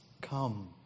come